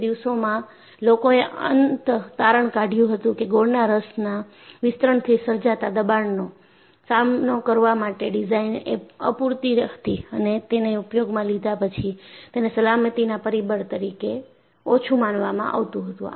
તે દિવસોમાં લોકોએ અંતે તારણ કાઢ્યું હતું કે ગોળના રસના વિસ્તરણથી સર્જાતા દબાણનો સામનો કરવા માટે ડિઝાઇન એ અપૂરતી હતી અને તેને ઉપયોગમાં લીધા પછી તેને સલામતીના પરિબળ તરીકે ઓછું માનવામાં આવતું હતું